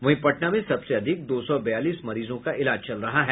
वहीं पटना में सबसे अधिक दो सौ बयालीस मरीजों का इलाज चल रहा है